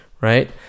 right